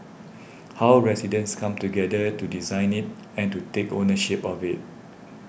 how residents come together to design it and to take ownership of it